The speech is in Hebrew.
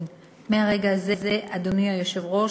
מהרגע הזה, אדוני היושב-ראש,